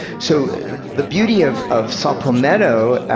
so the beauty of of saw palmetto,